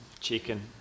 chicken